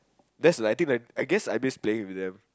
that's like I think I guess I miss playing with them